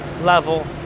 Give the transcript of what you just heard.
level